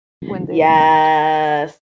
yes